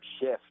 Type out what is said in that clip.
shift